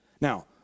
Now